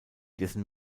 dessen